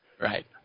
Right